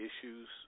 issues